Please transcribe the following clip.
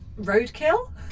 roadkill